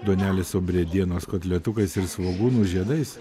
duonelė su briedienos kotletukais ir svogūnų žiedais